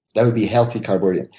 that would be healthy carbohydrate.